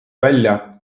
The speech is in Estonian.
välja